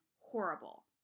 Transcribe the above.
horrible